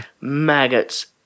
Maggots